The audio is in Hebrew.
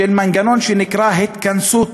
של מנגנון שנקרא "התכנסות",